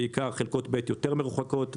בעיקר חלקות ב' הן יותר מרוחקות,